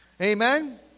Amen